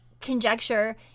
conjecture